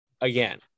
again